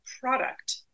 product